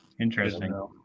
Interesting